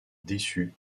déçu